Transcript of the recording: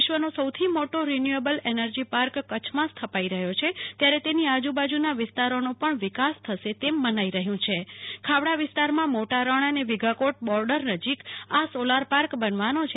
વિશ્વનો સૌથી મોટો રિન્યુ એબલ પાર્ક કચ્છમાં સ્થાપાઈ રહ્યો છે ત્યારે તેની આજુબાજુના વિસ્તારનો પણ વિકા થશે તેવુ મનાઈ રહ્યુ છે ખાવડા વિસ્તારમાં મોટા રણ અને વિઘાકોટ બોર્ડર નજીક આવેલ સોલાર પાર્ક બનવાનો છે